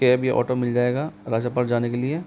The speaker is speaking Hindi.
कैब या ऑटो मिल जाएगा राजा पार्क जाने के लिए